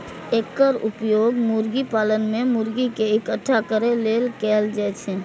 एकर उपयोग मुर्गी पालन मे मुर्गी कें इकट्ठा करै लेल कैल जाइ छै